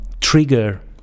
trigger